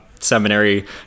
seminary